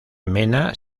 mena